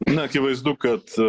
na akivaizdu kad